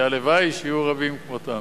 הלוואי שיהיו רבים כמותם.